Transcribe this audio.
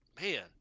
Man